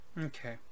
Okay